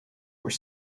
were